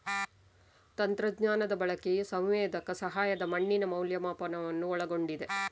ತಂತ್ರಜ್ಞಾನದ ಬಳಕೆಯು ಸಂವೇದಕ ಸಹಾಯದ ಮಣ್ಣಿನ ಮೌಲ್ಯಮಾಪನವನ್ನು ಒಳಗೊಂಡಿದೆ